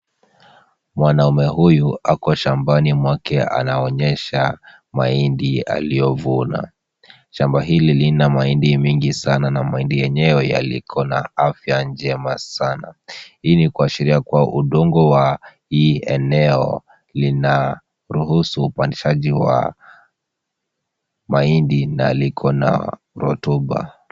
Mwanaume huyu ako shambani mwake anaonyesha mahindi aliyovuna. Shamba hili lina mahinda mingi sana na mahindi yeyewe iko na afya njema sana. Hii ni kuashiria kuwa udongo wa hii eneo linaruhusu upandishaji wa mahindi na liko na rotuba.